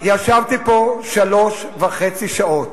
ד"ר אגבאריה, ישבתי פה שלוש וחצי שעות,